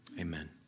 amen